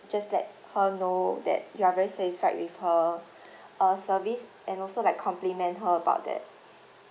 just let her know that you are very satisfied with her uh service and also like compliment her about that